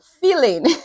feeling